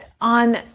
on